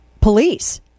police